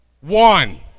one